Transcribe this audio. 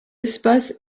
espace